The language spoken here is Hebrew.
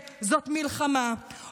וכן, זאת מלחמה, תודה רבה.